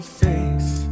face